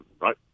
right